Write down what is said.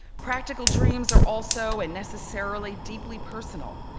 practical dreams are also and necessarily deeply personal.